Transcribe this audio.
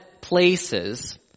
places